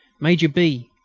major b,